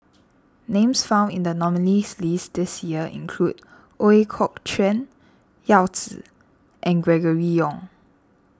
names found in the nominees list this year include Ooi Kok Chuen Yao Zi and Gregory Yong